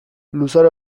luzaro